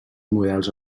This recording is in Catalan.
models